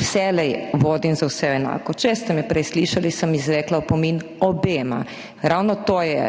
vselej vodim za vse enako. Če ste me prej slišali, sem izrekla opomin obema. Ravno to je